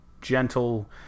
gentle